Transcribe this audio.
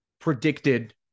predicted